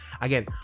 again